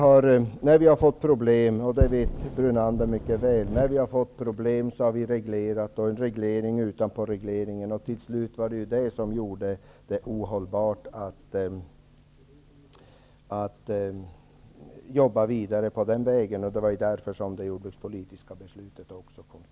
När vi har fått problem har vi reglerat. Sedan har det blivit regleringar ovanpå regleringar. Till slut blev det ohållbart att jobba vidare på den vägen. Det var därför det jordbrukspolitiska beslutet kom till.